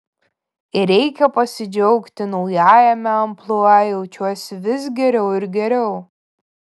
ir reikia pasidžiaugti naujajame amplua jaučiuosi vis geriau ir geriau